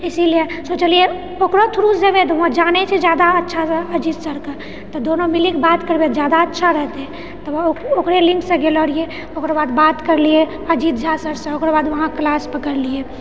इसीलिए सोचलिऐ ओकरो थ्रूसँ जेबै तऽ वहाँ जानै छै जादा अच्छासँ अजीत सर कऽ तऽ दोनो मिली कऽ बात करबै तऽ जादा अच्छा रहतै तब ओ ओकरे लिङ्कसँ गेलो रहिऐ ओकर बाद बात करलिऐ अजीत झा सरसँ ओकर बाद वहाँ क्लास पकड़लिऐ